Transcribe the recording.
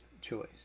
choice